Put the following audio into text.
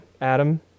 Adam